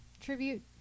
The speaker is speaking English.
tribute